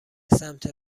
سمت